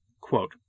Quote